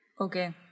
Okay